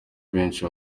abenshi